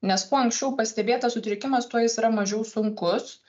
nes kuo anksčiau pastebėtas sutrikimas tuo jis yra mažiau sunkus